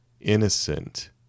innocent